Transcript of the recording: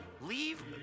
leave